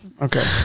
Okay